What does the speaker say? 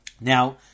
Now